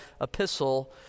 epistle